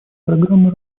программы